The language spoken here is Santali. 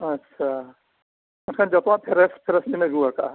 ᱟᱪᱪᱷᱟ ᱮᱱᱠᱷᱟᱱ ᱡᱚᱛᱚᱣᱟᱜ ᱯᱷᱮᱨᱮᱥ ᱯᱷᱮᱨᱮᱥ ᱜᱮᱞᱮ ᱟᱹᱜᱩ ᱟᱠᱟᱜᱼᱟ